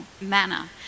manner